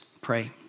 pray